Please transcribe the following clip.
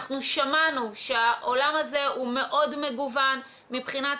אנחנו שמענו שהעולם הזה הוא מאוד מגוון מבחינת